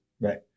right